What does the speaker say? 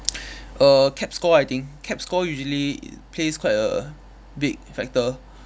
err CAP score I think CAP score usually plays quite a big factor